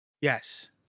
Yes